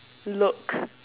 look